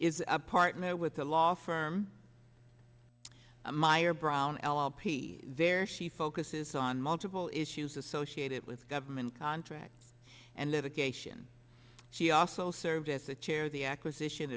is a partner with a law firm myer brown lp there she focuses on multiple issues associated with government contracts and litigation she also served as the chair of the acquisition